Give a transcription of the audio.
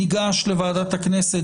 ניגש לוועדת הכנסת.